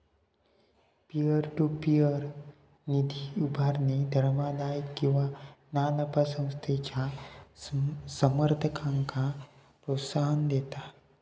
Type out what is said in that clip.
peer to peer निधी उभारणी धर्मादाय किंवा ना नफा संस्थेच्या समर्थकांक प्रोत्साहन देता